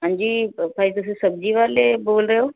ਹਾਂਜੀ ਭਾਅ ਜੀ ਤੁਸੀਂ ਸਬਜ਼ੀ ਵਾਲੇ ਬੋਲ ਰਹੇ ਹੋ